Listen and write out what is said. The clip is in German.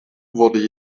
wurde